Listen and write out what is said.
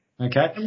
Okay